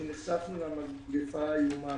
כשנחשפנו למגפה האיומה,